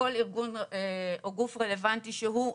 כל ארגון או גוף רלוונטי שהוא.